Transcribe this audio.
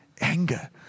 Anger